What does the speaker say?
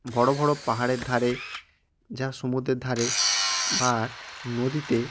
বড়ো বড়ো পাহাড়ের ধারে যা সমুদ্রের ধারে বা নদীতে